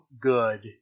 good